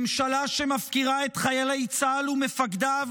ממשלה שמפקירה את חיילי צה"ל ומפקדיו